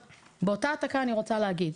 באותה העתקה אני רוצה להגיד,